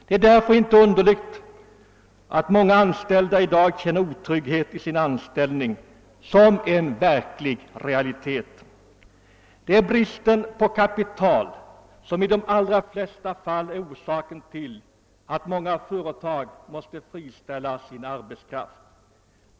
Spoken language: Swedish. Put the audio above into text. Det är därför inte underligt att många anställda i dag känner otryggheten i sin anställning som en verklig realitet. Bristen på kapital är i de allra flesta fall orsaken till att många företag måste friställa sin arbetskraft.